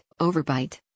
overbite